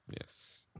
Yes